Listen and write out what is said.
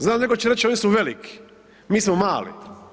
Znam neko će reć oni su veliki, mi smo mali.